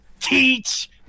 teach